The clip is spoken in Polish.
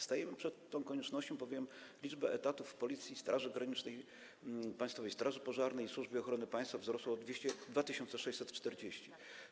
Stajemy przed tą koniecznością, bowiem liczba etatów w Policji, Straży Granicznej, Państwowej Straży Pożarnej i Służbie Ochrony Państwa wzrosła o 2640.